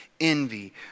envy